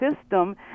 system